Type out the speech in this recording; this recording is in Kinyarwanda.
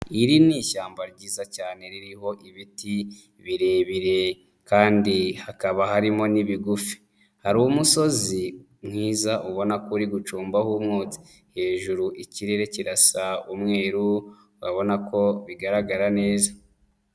Iri ni ishyamba ryiza cyane ririho ibiti birebire kandi hakaba harimo n'ibigufi. Hari umusozi mwiza ubona ko uri gucumbaho umwotsi .Hejuru ikirere kirasa umweru wabona ko bigaragara neza.